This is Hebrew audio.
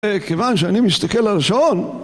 כיוון שאני מסתכל על השעון